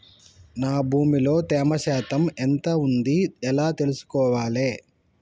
నా భూమి లో తేమ శాతం ఎంత ఉంది ఎలా తెలుసుకోవాలే?